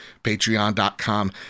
Patreon.com